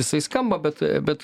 jisai skamba bet bet